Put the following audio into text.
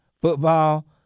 football